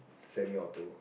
semi auto